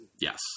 yes